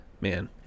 man